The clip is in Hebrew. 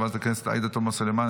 חבר הכנסת אחמד טיבי,